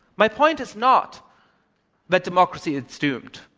my point is not that democracy is doomed.